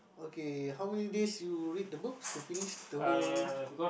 okay how many days you read the books to finish the whole